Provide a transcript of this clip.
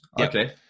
Okay